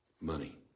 Money